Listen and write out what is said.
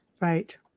Right